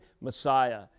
Messiah